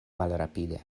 malrapide